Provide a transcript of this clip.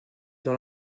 dans